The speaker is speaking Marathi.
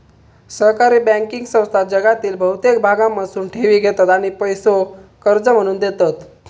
सहकारी बँकिंग संस्था जगातील बहुतेक भागांमधसून ठेवी घेतत आणि पैसो कर्ज म्हणून देतत